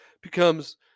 becomes